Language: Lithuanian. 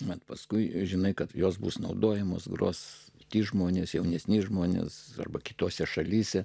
bet paskui žinai kad jos bus naudojamos gros tie žmonės jaunesni žmonės arba kitose šalyse